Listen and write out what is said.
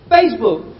Facebook